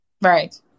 Right